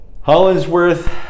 Hollingsworth